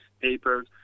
papers